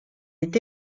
est